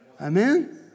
Amen